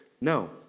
no